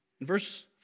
Verse